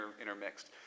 intermixed